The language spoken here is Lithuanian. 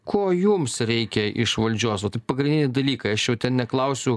ko jums reikia iš valdžios va taip pagrindiniai dalykai aš jau ten neklausiu